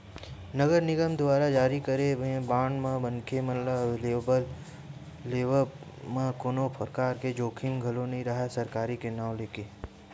नगर निगम दुवारा जारी करे गे बांड म मनखे मन ल लेवब म कोनो परकार के जोखिम घलो नइ राहय सरकारी के नांव लेके